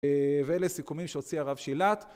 ואלה סיכומים שהוציא הרב שילת